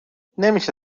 نمیشه